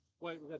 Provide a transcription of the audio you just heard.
Wait